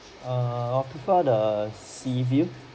err I'll prefer the sea view